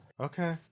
Okay